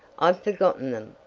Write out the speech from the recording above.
i've forgotten them,